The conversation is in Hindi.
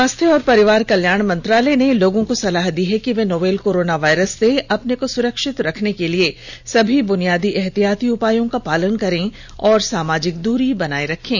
स्वास्थ्य और परिवार कल्याण मंत्रालय ने लोगों को सलाह दी है कि वे नोवल कोरोना वायरस से अपने को सुरक्षित रखने के लिए सभी बुनियादी एहतियाती उपायों का पालन करें और सामाजिक दूरी बनाए रखें